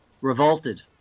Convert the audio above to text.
revolted